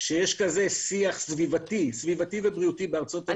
שיש כזה שיח סביבתי ובריאותי בארצות הברית,